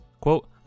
Quote